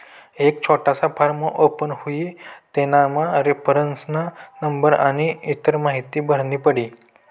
एक छोटासा form open हुई तेनामा रेफरन्स नंबर आनी इतर माहीती भरनी पडी